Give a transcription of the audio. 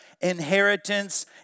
inheritance